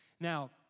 Now